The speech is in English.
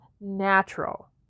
natural